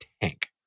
tank